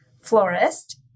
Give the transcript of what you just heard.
florist